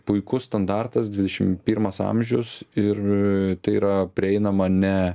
puikus standartas dvidešim pirmas amžius ir tai yra prieinama ne